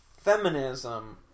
Feminism